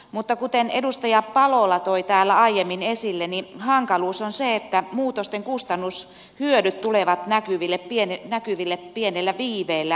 mutta kuten edustaja palola toi täällä aiemmin esille hankaluus on se että muutosten kustannushyödyt tulevat näkyville pienellä viiveellä